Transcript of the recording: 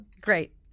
Great